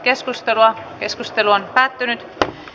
keskustelua ei syntynyt